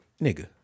nigga